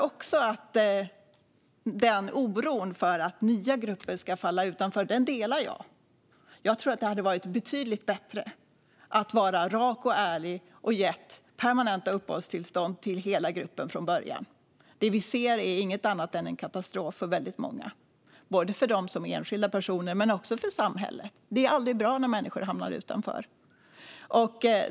Oron för att nya grupper ska falla utanför delar jag. Jag tror att det hade varit betydligt bättre att vara rak och ärlig och ge permanenta uppehållstillstånd till hela gruppen från början. Det vi ser är inget annat än en katastrof för väldigt många, både för dem som enskilda personer och för samhället. Det är aldrig bra när människor hamnar utanför.